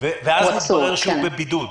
ואז מתברר שהוא בבידוד.